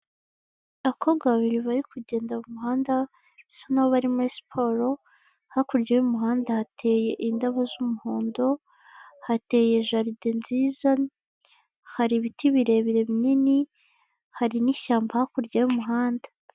Abakobwa babiri bari kugenda mu muhanda, bisa naho bari muri siporo, hakurya y'umuhanda hateye indabo z'umuhondo, hateye jaride nziza, hari ibiti birebire binini, hari n'ishyamba hakurya y'umuhanda.